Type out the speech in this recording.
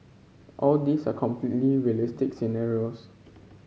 all these are completely realistic scenarios